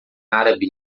árabe